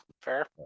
Fair